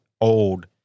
old